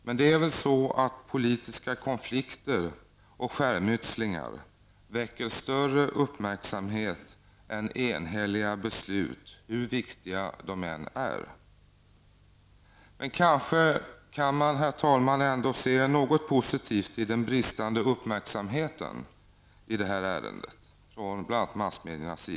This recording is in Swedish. Men det är väl så att politiska konflikter och skärmytslingar väcker större uppmärksamhet än enhälliga beslut hur viktiga dessa än är. Men kanske kan man, herr talman, ändå se något positivt i bristen från bl.a. massmediernas sida på uppmärksamhet i ärendet.